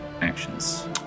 actions